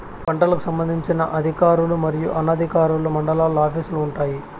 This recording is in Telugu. పంటలకు సంబంధించిన అధికారులు మరియు అనధికారులు మండలాల్లో ఆఫీస్ లు వుంటాయి?